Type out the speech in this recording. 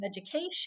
education